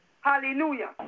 Hallelujah